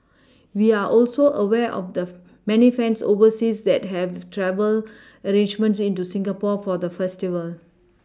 we are also aware of the many fans overseas that have travel arrangements into Singapore for the festival